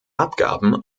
abgaben